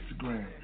Instagram